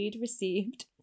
Received